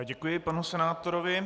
Děkuji panu senátorovi.